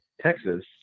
Texas